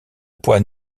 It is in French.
poids